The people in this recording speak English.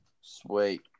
Sweet